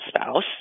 spouse